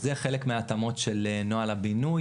זה חלק מהתאמות של נוהל הבינוי,